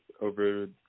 over